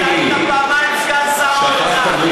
אתה היית פעמיים סגן שר האוצר.